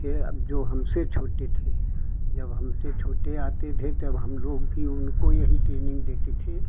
एक अब जो हमसे छोटे थे जब हमसे छोटे आते थे तब हम लोग भी उनको यही ट्रेनिंग देते थे